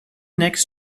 next